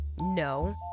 No